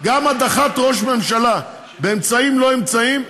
גם הדחת ראש ממשלה באמצעים לא אמצעים,